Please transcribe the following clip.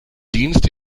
dienst